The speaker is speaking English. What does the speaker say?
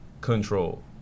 control